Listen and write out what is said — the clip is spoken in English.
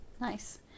Nice